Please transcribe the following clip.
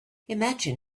imagine